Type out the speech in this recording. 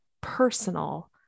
personal